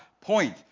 point